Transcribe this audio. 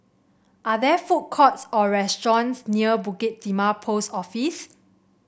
are there food courts or restaurants near Bukit Timah Post Office